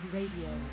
Radio